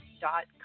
dot